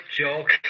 joke